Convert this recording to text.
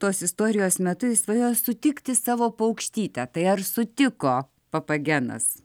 tos istorijos metu jis svajoja sutikti savo paukštytę tai ar sutiko papagenas